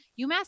UMass